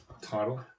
title